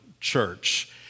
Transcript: church